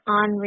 on